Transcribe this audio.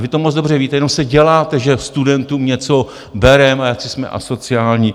Vy to moc dobře víte, jenom děláte, že studentům něco bereme, jsme asociální.